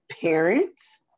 parents